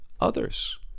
others